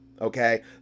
okay